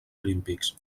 olímpics